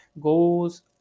goes